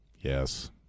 yes